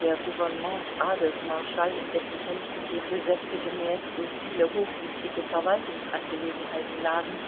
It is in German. der gouvernements adelsmarschall in dessen händen dem gesetze gemäß so viele hochwichtige verwaltungsangelegenheiten lagen